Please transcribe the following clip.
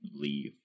leave